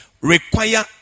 require